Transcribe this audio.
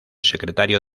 secretario